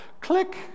Click